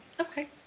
Okay